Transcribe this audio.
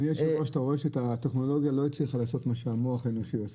אתה רואה שהטכנולוגיה לא הצליחה לעשות את מה שעושה המוח האנושי.